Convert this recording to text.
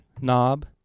knob